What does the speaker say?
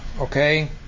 Okay